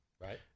Right